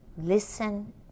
Listen